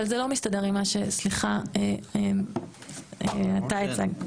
אבל זה לא מסתדר עם מה, סליחה, אתה הצגת.